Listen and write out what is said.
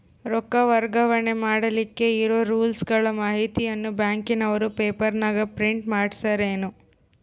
ರೊಕ್ಕ ವರ್ಗಾವಣೆ ಮಾಡಿಲಿಕ್ಕೆ ಇರೋ ರೂಲ್ಸುಗಳ ಮಾಹಿತಿಯನ್ನ ಬ್ಯಾಂಕಿನವರು ಪೇಪರನಾಗ ಪ್ರಿಂಟ್ ಮಾಡಿಸ್ಯಾರೇನು?